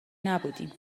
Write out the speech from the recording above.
نبودیم